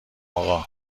آقا